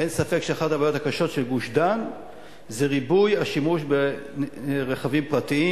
אין ספק שאחת הבעיות הקשות של גוש-דן זה ריבוי השימוש ברכבים פרטיים.